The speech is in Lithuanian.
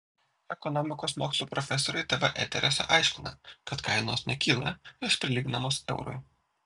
ekonomikos mokslų profesoriai tv eteriuose aiškina kad kainos nekyla jos prilyginamos eurui